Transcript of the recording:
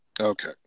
Okay